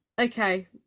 Okay